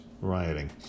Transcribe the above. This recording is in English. rioting